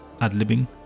ad-libbing